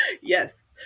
yes